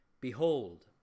Behold